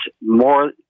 more